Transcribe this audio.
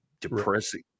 depressing